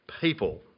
people